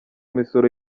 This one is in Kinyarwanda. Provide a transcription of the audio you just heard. misoro